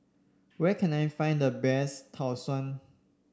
where can I find the best Tau Suan